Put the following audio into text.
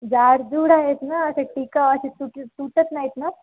जाडजूड आहेत ना असे टिकाऊ असे तूट तुटत नाहीत ना